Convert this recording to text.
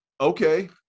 okay